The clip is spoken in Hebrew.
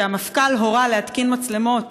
שהמפכ"ל הורה להתקין מצלמות,